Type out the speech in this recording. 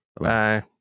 Bye